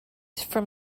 from